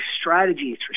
strategies